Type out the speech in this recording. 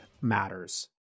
matters